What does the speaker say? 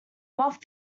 mark